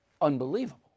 Unbelievable